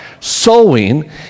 sowing